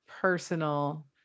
personal